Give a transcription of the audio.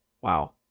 Wow